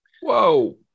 Whoa